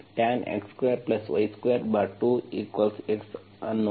ಹಾಗಾಗಿ ನಾನು ಈಗ ಅಂತಿಮವಾಗಿ tan x2y22 x